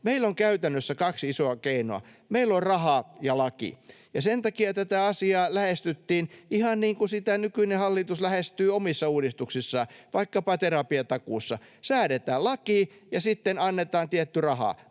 meillä on käytännössä kaksi isoa keinoa: meillä on raha ja laki. Sen takia tätä asiaa lähestyttiin ihan niin kuin nykyinen hallitus sitä lähestyy omissa uudistuksissaan, vaikkapa terapiatakuussa: säädetään laki ja sitten annetaan tietty raha.